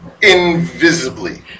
invisibly